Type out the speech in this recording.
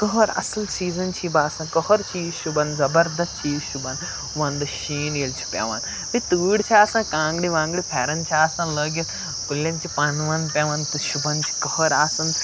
کٕہَر اَصٕل سیٖزَن چھِ یہِ باسان کٕہَر چیٖز شوٗبان زَبردَس چیٖز شوٗبان وَندٕ شیٖن ییٚلہِ چھِ پٮ۪وان بیٚیہِ تۭر چھِ آسان کانٛگرِ وانٛگرِ پھٮ۪رَن چھِ آسان لٲگِتھ کُلٮ۪ن چھِ پَن وَن پٮ۪وان تہٕ شوٗبان چھِ کٕہَر آسان